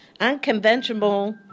unconventional